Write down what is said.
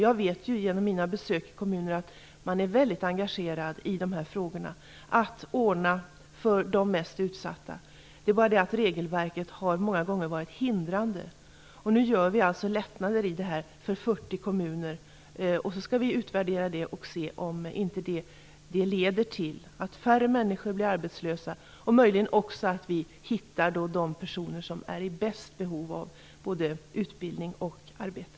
Jag vet genom mina besök i olika kommuner att man är väldigt engagerad i de här frågorna, att ordna för de mest utsatta. Det är bara det att regelverket många gånger har varit hindrande. Nu gör vi alltså lättnader för 40 kommuner. Sedan skall vi utvärdera verksamheten och se om den inte leder till att färre människor blir arbetslösa. Möjligen hittar vi också de personer som är i bäst behov av både utbildning och arbete.